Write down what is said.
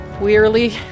Wearily